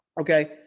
okay